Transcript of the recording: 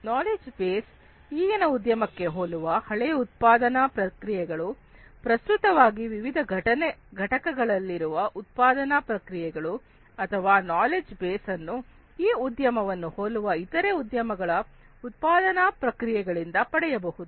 knowledge base ಈಗಿನ ಉದ್ಯಮಕ್ಕೆ ಹೋಲುವ ಹಳೆಯ ಉತ್ಪಾದನಾ ಪ್ರಕ್ರಿಯೆಗಳು ಪ್ರಸ್ತುತವಾಗಿ ವಿವಿಧ ಘಟಕಗಳಲ್ಲಿರುವ ಉತ್ಪಾದನಾ ಪ್ರಕ್ರಿಯೆಗಳು ಅಥವಾ ನಾಲೆಡ್ಜ್ ಬೇಸ್ಅನ್ನು ಈ ಉದ್ಯಮವನ್ನು ಹೋಲುವ ಇತರೆ ಉದ್ಯಮಗಳ ಉತ್ಪಾದನಾ ಪ್ರಕ್ರಿಯೆಗಳಿಂದ ಪಡೆಯಬಹುದು